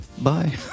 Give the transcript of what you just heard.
Bye